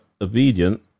obedient